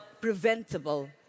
preventable